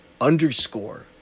Underscore